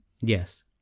Yes